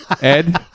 Ed